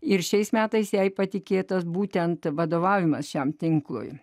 ir šiais metais jai patikėtas būtent vadovavimas šiam tinklui